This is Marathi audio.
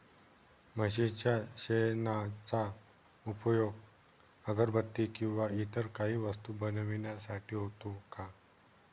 म्हशीच्या शेणाचा उपयोग अगरबत्ती किंवा इतर काही वस्तू बनविण्यासाठी होतो का?